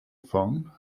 phone